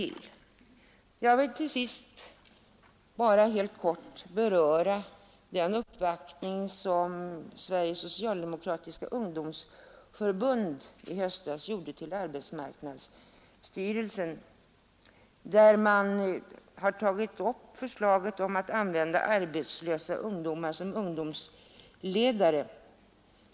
Jag vill till sist bara helt kort beröra den uppvaktning som Sveriges socialdemokratiska ungdomsförbund i höstas gjorde till arbetsmarknadsstyrelsen, där man har tagit upp förslaget om att använda arbetslösa ungdomar som ungdomsledare.